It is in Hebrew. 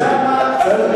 תן לו לסיים.